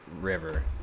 river